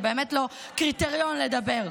זה באמת לא קריטריון לדבר.